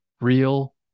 real